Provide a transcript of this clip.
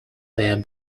their